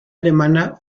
alemana